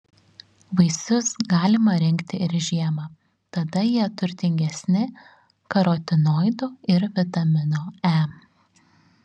vaisius galima rinkti ir žiemą tada jie turtingesni karotinoidų ir vitamino e